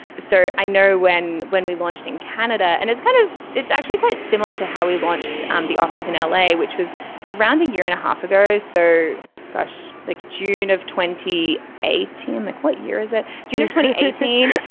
so i know when when we launched in canada and it's kind of it's actually quite similar to how we launched um the office in l a. which was around a year and a half ago so gosh like june of twenty eighteen like what year is it june eighteen.